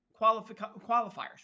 qualifiers